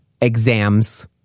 exams